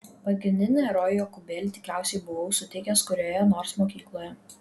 pagrindinį herojų jokūbėlį tikriausiai buvau sutikęs kurioje nors mokykloje